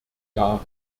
jahre